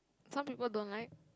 some people don't like